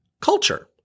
culture